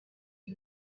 few